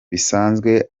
bisanzwe